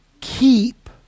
keep